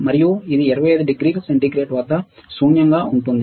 మరియు ఇది 25 డిగ్రీల సెంటీగ్రేడ్ వద్ద శూన్యంగా ఉంటుంది